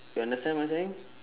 you understand what I'm saying